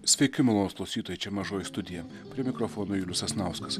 sveiki malonūs klausytojai čia mažoji studija prie mikrofono julius sasnauskas